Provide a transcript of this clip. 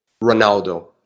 Ronaldo